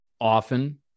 often